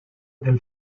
del